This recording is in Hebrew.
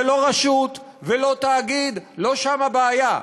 זה לא רשות ולא תאגיד, לא שם הבעיה.